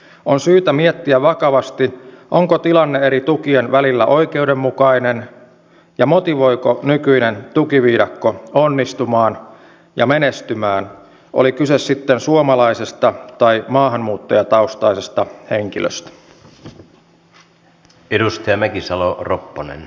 on syytä miettiä vakavasti onko tilanne eri tukien välillä oikeudenmukainen ja motivoiko nykyinen tukiviidakko onnistumaan ja menestymään oli kyse sitten suomalaisesta tai maahanmuuttajataustaisesta henkilöstä